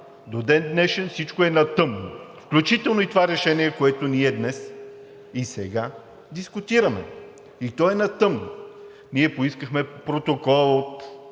До ден днешен всичко е на тъмно, включително и това решение, което ние днес и сега дискутираме, и то е на тъмно. Ние поискахме протокол от